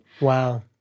Wow